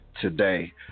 today